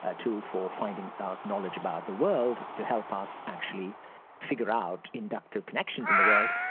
a tool for finding out knowledge about the world to help us actually figure out inductive connections in the world,